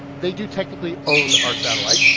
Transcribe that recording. they do technically own our satellite.